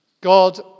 God